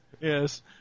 Yes